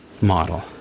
model